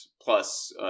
plus